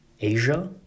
Asia